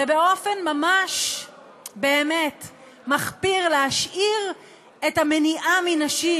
ובאופן ממש מחפיר להשאיר את המניעה מנשים